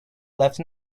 left